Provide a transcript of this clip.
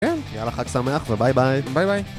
כן. - יאללה, חג שמח וביי ביי. - ביי ביי.